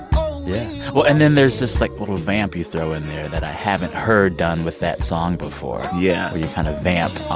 well, and then there's this, like, little vamp you throw in there that i haven't heard done with that song before yeah where you kind of vamp on,